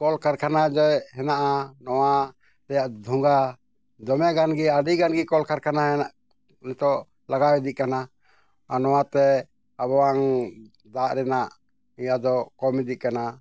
ᱠᱚᱞ ᱠᱟᱨᱠᱷᱟᱱᱟ ᱡᱮ ᱦᱮᱱᱟᱜᱼᱟ ᱱᱚᱣᱟ ᱨᱮᱭᱟᱜ ᱰᱷᱚᱸᱜᱟ ᱫᱚᱢᱮ ᱜᱟᱱᱜᱮ ᱟᱹᱰᱤ ᱜᱟᱱᱜᱮ ᱠᱚᱞ ᱠᱟᱨᱠᱷᱟᱱᱟ ᱦᱮᱱᱟᱜ ᱱᱤᱛᱳᱜ ᱞᱟᱜᱟᱣ ᱤᱫᱤᱜ ᱠᱟᱱᱟ ᱟᱨ ᱱᱚᱣᱟᱛᱮ ᱟᱵᱚᱣᱟᱜ ᱫᱟᱜ ᱨᱮᱱᱟᱜ ᱤᱭᱟᱹ ᱫᱚ ᱠᱚᱢ ᱤᱫᱤᱜ ᱠᱟᱱᱟ